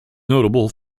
notable